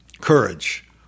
Courage